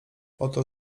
oto